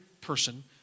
person